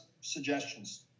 suggestions